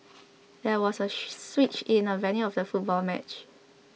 there was a she switch in the venue for the football match